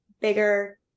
bigger